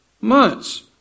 months